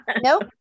Nope